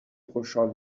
خوشحال